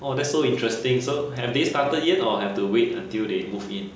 oh that's so interesting so have they started yet or have to wait until they move in